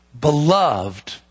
beloved